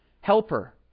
helper